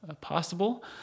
possible